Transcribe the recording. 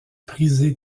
prisé